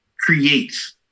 creates